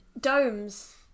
Domes